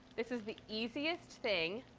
this is the easiest thing